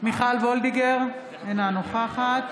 מיכל וולדיגר, אינה נוכחת